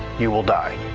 you will die.